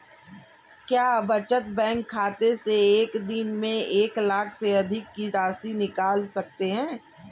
क्या बचत बैंक खाते से एक दिन में एक लाख से अधिक की राशि निकाल सकते हैं?